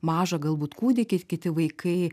mažą galbūt kūdikį kiti vaikai